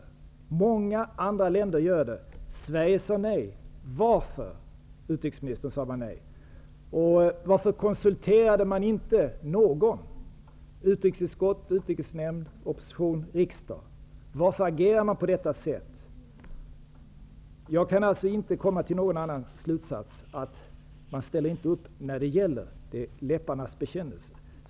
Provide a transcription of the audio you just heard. Många andra länder gör det. Sverige sade nej. Varför sade man nej, utrikesministern? Varför konsulterade man inte någon -- utrikesutskott, utrikesnämnd, opposition, riksdag? Varför agerar man på det sättet? Jag kan inte komma till någon annan slutsats än att man inte ställer upp när det gäller. Det är en läpparnas bekännelse.